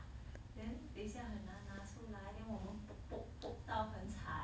then 等一下很难拿出来 then 我们 poke poke poke 到很惨